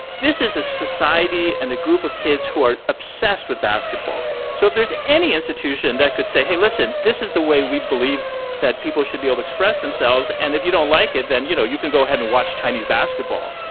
this is a society and a group of kids who are obsessed with basketball. so if there's any institution that could say, hey, listen, this is the way we believe that people should be able express themselves. and if you don't like it, then, you know, you can go ahead and watch chinese basketball.